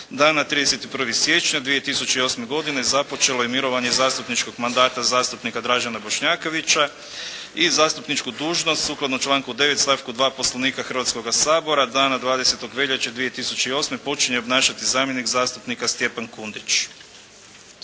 Dana 31. siječnja 2008. godine započelo je mirovanje zastupničkog mandata zastupnika Dražena Bošnjakovića i zastupničku dužnost sukladno članku 9. stavku 2. Poslovnika Hrvatskoga sabora dana 20. veljače 2008. počinje obnašati zamjenik zastupnika Stjepan Kundić.